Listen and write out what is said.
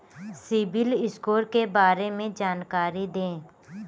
CIBIL score के बारे में जानकारी दें?